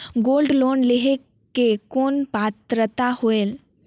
Gold loan लेहे के कौन पात्रता होएल?